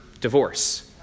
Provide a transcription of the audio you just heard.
divorce